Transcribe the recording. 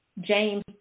James